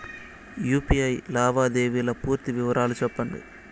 UPI లావాదేవీల పూర్తి వివరాలు సెప్పండి?